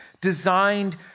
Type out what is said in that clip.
designed